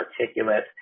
articulate